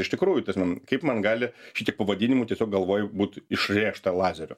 iš tikrųjų ta prasme kaip man gali šitiek pavadinimų tiesiog galvoj būt išrėžta lazeriu